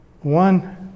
One